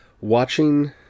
watching